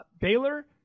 Baylor